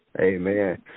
amen